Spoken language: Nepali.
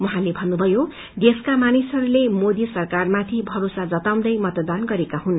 उहाँले भन्नुभयो देशका मानिसहरूले मोदी सरकारमाथि भरोसा जताउँदै मतदान गरेका हुन्